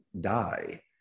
die